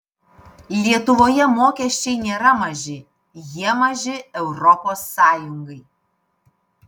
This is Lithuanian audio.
lietuvoje mokesčiai nėra maži jie maži europos sąjungai